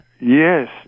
Yes